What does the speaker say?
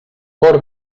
cor